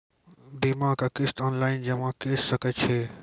बीमाक किस्त ऑनलाइन जमा कॅ सकै छी?